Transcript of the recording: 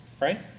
right